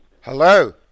Hello